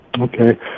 Okay